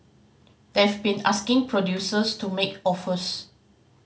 they've been asking producers to make offers